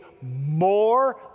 more